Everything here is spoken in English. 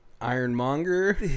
ironmonger